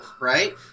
Right